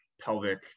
pelvic